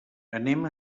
anem